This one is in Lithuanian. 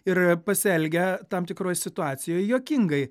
ir pasielgia tam tikroj situacijoj juokingai